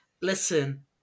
listen